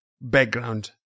background